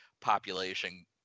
population